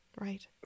Right